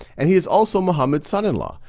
and he is also muhammad's son-in-law.